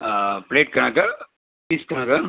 plate கணக்கா fish கணக்கா